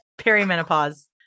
Perimenopause